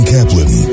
Kaplan